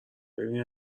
ببین